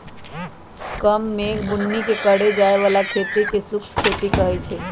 कम मेघ बुन्नी के करे जाय बला खेती के शुष्क खेती कहइ छइ